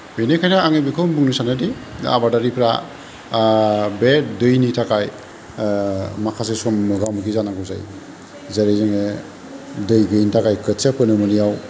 बेनिखायनो आङो बेखौ बुंनो सानदि आबादारिफ्रा बे दैनि थाखाय माखासे सम मोगा मोगि जानांगौ जायो जेरै जोङो दै गैयिनि थाखाय खोथिया फोनो मोनियाव